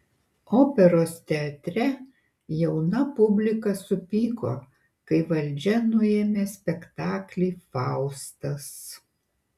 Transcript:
operos teatre jauna publika supyko kai valdžia nuėmė spektaklį faustas